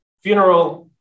funeral